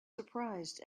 surprised